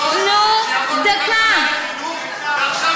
את נגד העברת ילדים עד גיל שלוש מכלכלה לחינוך,